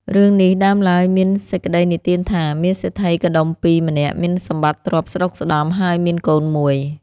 រឿងនេះ ដើមឡើយមានសេចក្ដីនិទានថា មានសេដ្ឋីកុដុម្ពីក៏ម្នាក់ មានសម្បត្ដិទ្រព្យស្ដុកស្ដម្ភ ហើយមានកូនមួយ